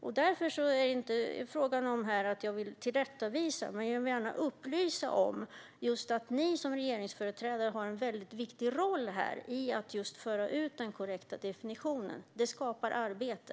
Jag vill inte tillrättavisa, men jag vill gärna upplysa om att ni som är regeringsföreträdare har en viktig roll här att föra ut den korrekta definitionen. Det skapar arbete.